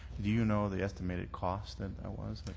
do you know the estimated costs that that was?